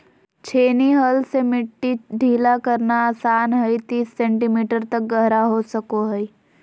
छेनी हल से मिट्टी ढीला करना आसान हइ तीस सेंटीमीटर तक गहरा हो सको हइ